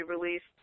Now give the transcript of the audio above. released